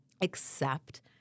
accept